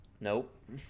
nope